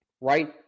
Right